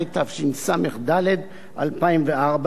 התשס"ד 2004,